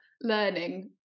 learning